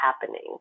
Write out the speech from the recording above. happening